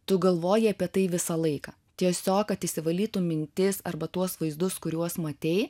tu galvoji apie tai visą laiką tiesiog kad išsivalytų mintis arba tuos vaizdus kuriuos matei